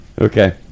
Okay